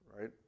right